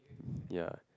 ya